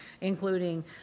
including